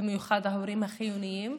במיוחד להורים החיוניים,